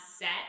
set